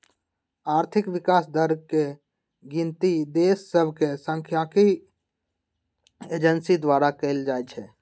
आर्थिक विकास दर के गिनति देश सभके सांख्यिकी एजेंसी द्वारा कएल जाइ छइ